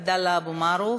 חבר הכנסת עבדאללה אבו מערוף